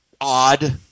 odd